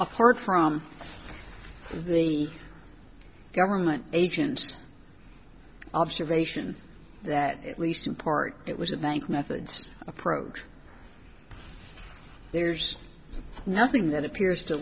apart from the government agents observation that at least in part it was a bank methods approach there's nothing that appears to